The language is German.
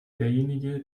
derjenige